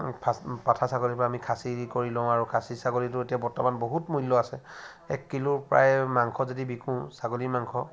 পাঠা ছাগলীবোৰ আমি খাচী কৰি লওঁ আৰু খাচী ছাগলীটো এতিয়া বৰ্তমান বহুত মূল্য আছে এক কিলো প্ৰায় মাংস যদি বিকো ছাগলী মাংস